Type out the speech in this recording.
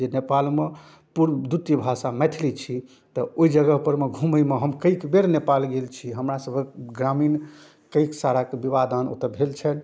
जे नेपालमे पूर्व द्वितीय भाषा मैथिली छी तऽ ओहि जगहपरमे घुमैमे हम कएक बेर नेपाल गेल छी हमरासबके ग्रामीण कएक साराके विवाहदान ओतऽ भेल छनि